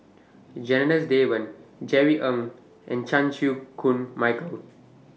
Janadas Devan Jerry Ng and Chan Chew Koon Michael